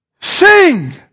sing